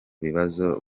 bibazo